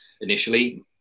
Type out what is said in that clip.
initially